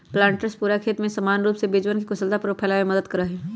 planters पूरा खेत में समान रूप से बीजवन के कुशलतापूर्वक फैलावे में मदद करा हई